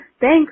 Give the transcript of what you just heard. Thanks